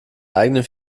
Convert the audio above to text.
eigenen